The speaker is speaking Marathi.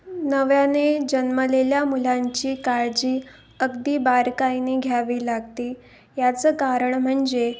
नव्याने जन्मलेल्या मुलांची काळजी अगदी बारकाईने घ्यावी लागते याचं कारण म्हणजे